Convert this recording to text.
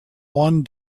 one